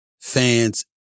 fans